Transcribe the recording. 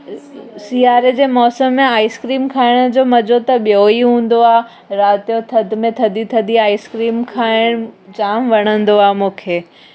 सियारे जे मौसम में आइस्क्रीम खाइण जो मज़ो त ॿियो ई हूंदो आहे राति जो थधि में थधी थधी आइस्क्रीम खाइणु जामु वणंदो आहे मूंखे